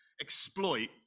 exploit